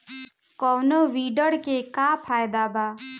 कौनो वीडर के का फायदा बा?